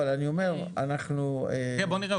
אבל אני אומר שאנחנו --- בוא נראה,